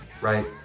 right